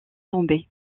tomber